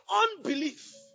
unbelief